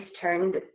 turned